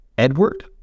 Edward